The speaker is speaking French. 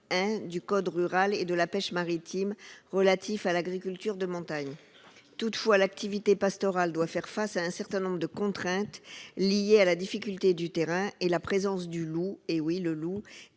du code rural et de la pêche maritime, relatif à l'agriculture de montagne. Toutefois, l'activité pastorale doit faire face à un certain nombre de contraintes liées à la difficulté du terrain et à la présence du loup, espèce dont